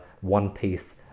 one-piece